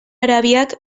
arabiak